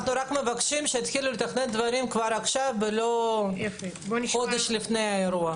אנחנו רק מבקשים שיתחילו לתכנן דברים כבר עכשיו ולא חודש לפני האירוע.